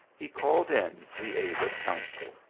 he called in the aid of counsel.